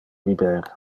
biber